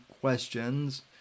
questions